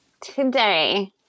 today